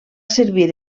servir